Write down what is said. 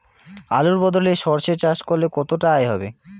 আলুর বদলে সরষে চাষ করলে কতটা আয় হবে?